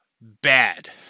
bad